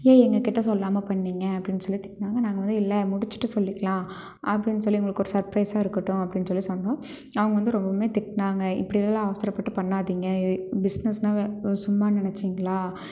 ஏன் எங்கக்கிட்ட சொல்லாமல் பண்ணிங்க அப்படின்னு சொல்லி திட்டினாங்க நாங்கள் வந்து இல்லை முடிச்சுட்டு சொல்லிக்கலாம் அப்படின்னு சொல்லி உங்களுக்கு ஒரு சர்ப்ரைஸாக இருக்கட்டும் அப்படின்னு சொல்லி சொன்னோம் அவங்க வந்து ரொம்பவுமே திட்டினாங்க இப்படியெல்லாம் அவசரப்பட்டு பண்ணாதீங்க பிஸ்னஸ்னாவே சும்மா நினச்சீங்களா